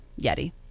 Yeti